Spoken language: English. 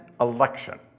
election